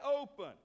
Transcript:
open